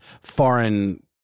foreign